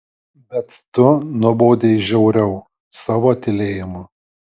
bet tu nubaudei žiauriau savo tylėjimu